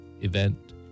event